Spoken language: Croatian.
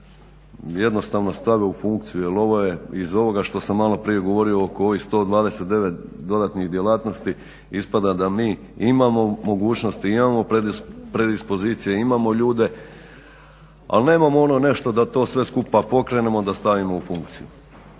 jednostavno stave u funkciju jel ovo je, iz ovoga što sam malo prije oko ovih 129 dodatnih djelatnosti ispada da mi imamo mogućnosti, imamo predispozicije, imamo ljude al nemamo ono nešto da to sve skupa pokrenemo, da stavimo u funkciju.